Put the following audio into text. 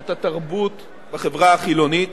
את התרבות בחברה החילונית.